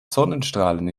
sonnenstrahlen